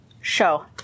show